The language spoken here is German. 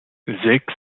sechs